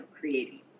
creating